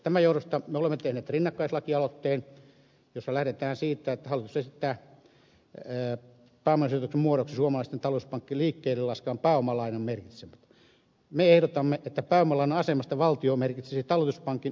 tämän johdosta me olemme tehneet rinnakkaislakialoitteen jossa lähdetään siitä että kun hallitus esittää pääomasijoituksen muodoksi suomalaisten talletuspankkien liikkeelle laskeman pääomalainan merkitsemisen niin me ehdotamme että pääomalainan asemesta valtio merkitsisi talletuspankin osakkeita